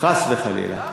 חס וחלילה.